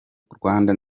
rwanda